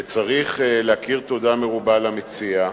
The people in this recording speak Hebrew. וצריך להכיר תודה מרובה למציע,